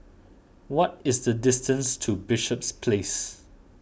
what is the distance to Bishops Place